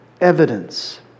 evidence